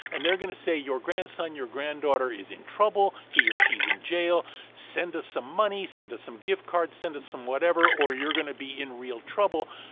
and they're going to say your grandson, your granddaughter is in trouble. he or she's in jail. send us some money. send us some gift cards. send us some whatever, or you're going to be in real trouble.